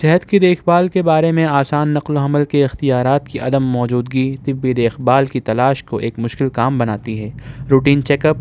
صحت کی دیکھ بھال کے بارے میں آسان نقل و حمل کے اختیارات کی عدم موجودگی طبی دیکھ بھال کی تلاش کو ایک مشکل کام بناتی ہے روٹین چیک اپ